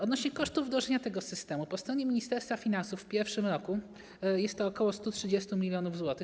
Odnośnie do kosztów wdrożenia tego systemu to po stronie Ministerstwa Finansów w pierwszym roku jest to ok. 130 mln zł.